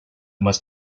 must